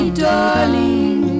darling